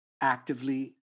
actively